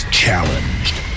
challenged